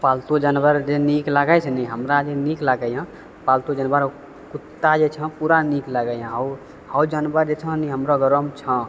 पालतू जानवर जे नीक लागै छै ने हमरा जे नीक लागैए पालतू जानवर कुत्ता जे छै ओ पूरा नीक लागैए ओ जानवर जे छै ने हमरा घरोमे छै